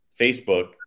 Facebook